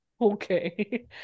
Okay